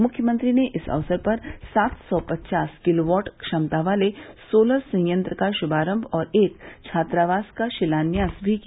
मुख्यमंत्री ने इस अवसर पर सात सौ पचास किलोवाट क्षमता वाले सोलर संयंत्र का श्भारम्भ और एक छात्रावास का शिलान्यास भी किया